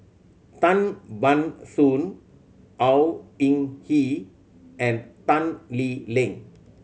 Tan Ban Soon Au Hing Yee and Tan Lee Leng